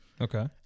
Okay